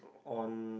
on